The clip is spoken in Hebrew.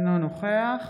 אינו נוכח